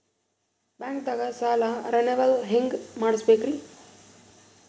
ಬ್ಯಾಂಕ್ದಾಗ ಸಾಲ ರೇನೆವಲ್ ಹೆಂಗ್ ಮಾಡ್ಸಬೇಕರಿ?